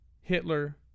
Hitler